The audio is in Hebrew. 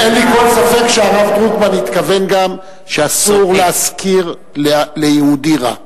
אין לי כל ספק שהרב דרוקמן התכוון גם שאסור להשכיר ליהודי רע.